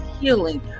healing